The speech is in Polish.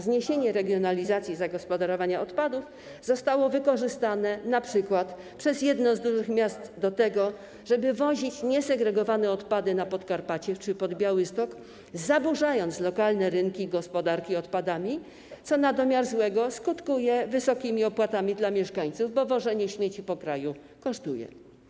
Zniesienie regionalizacji zagospodarowania odpadów zostało wykorzystane np. przez jedno z dużych miast do tego, żeby wozić niesegregowane odpady na Podkarpacie czy pod Białystok, zaburzając lokalne rynki gospodarki odpadami, co na domiar złego skutkuje wysokimi opłatami dla mieszkańców, bo wożenie śmieci po kraju kosztuje.